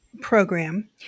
program